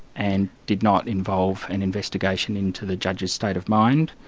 and did not involve an investigation into the judge's state of mind,